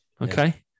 Okay